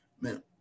man